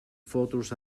fotos